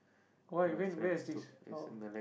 why when where is this oh